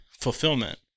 fulfillment